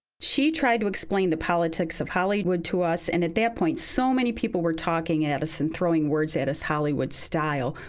she tried to explain the politics of hollywood to us, and at that point, so many people were talking and at us and throwing words at us hollywood style.